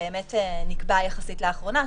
נקבע יחסית לאחרונה,